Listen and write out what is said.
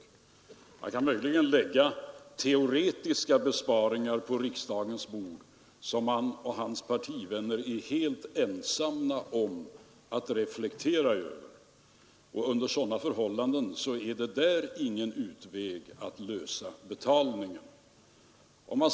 Möjligen kan herr Burenstam Linder på riksdagens bord lägga teoretiska besparingsförslag, som han och hans partivänner är helt ensamma om att reflektera på, men det är ingen utväg att lösa betalningsproblemen.